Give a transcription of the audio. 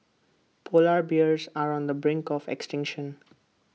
Polar Bears are on the brink of extinction